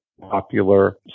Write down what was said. popular